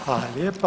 Hvala lijepa.